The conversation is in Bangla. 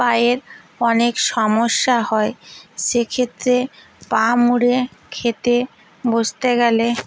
পায়ের অনেক সমস্যা হয় সেক্ষেত্রে পা মুড়ে খেতে বসতে গেলে